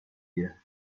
گیرم